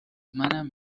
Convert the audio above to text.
منم